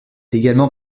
également